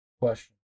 Question